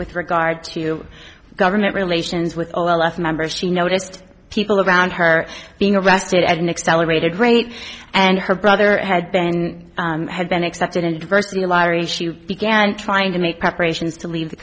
with regard to government relations with l f members she noticed people around her being arrested as an excel rated rate and her brother had been and had been accepted into diversity lottery she began trying to make preparations to leave the